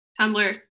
tumblr